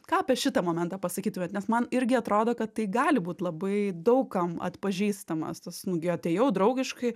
ką apie šitą momentą pasakytumėt nes man irgi atrodo kad tai gali būt labai daug kam atpažįstamas tas nu gi atėjau draugiškai